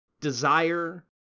desire